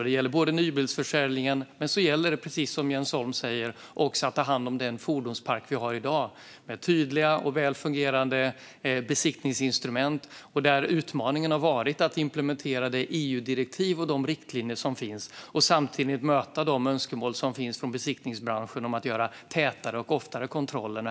Det gäller nybilsförsäljningen, och det gäller också, precis som Jens Holm säger, att ta hand om den fordonspark som vi har i dag, med tydliga och väl fungerande besiktningsinstrument. Utmaningen där har varit att implementera det EU-direktiv och de riktlinjer som finns och samtidigt möta de önskemål som finns från besiktningsbranschen om att göra tätare kontroller.